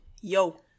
Yo